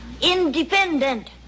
Independent